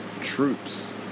troops